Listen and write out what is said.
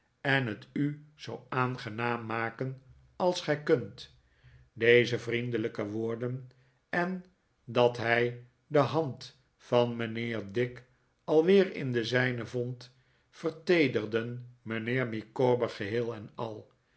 en het u zoo aangenaam maken als gij kunt deze vriendelijke woorden en dat hij de hand van mijnheer dick alweer in de zijne vond verteederden mijnheer micawber geheel en al